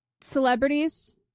celebrities